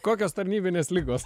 kokios tarnybinės ligos